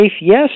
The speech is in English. yes